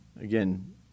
again